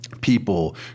people